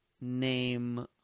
name